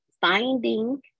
finding